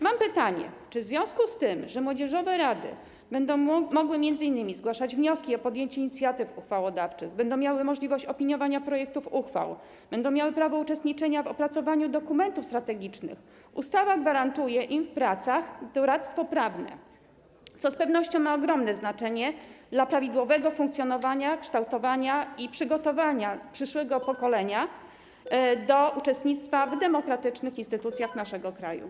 Mam pytanie: Czy w związku z tym, że młodzieżowe rady będą mogły m.in. zgłaszać wnioski o podjęcie inicjatyw uchwałodawczych, będą miały możliwość opiniowania projektów uchwał, będą miały prawo uczestniczenia w opracowaniu dokumentów strategicznych, ustawa gwarantuje im w pracach doradztwo prawne, co z pewnością ma ogromne znaczenie dla prawidłowego funkcjonowania, kształtowania i przygotowania przyszłego pokolenia do uczestnictwa w demokratycznych instytucjach naszego kraju?